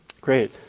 great